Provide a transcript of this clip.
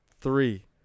three